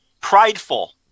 Prideful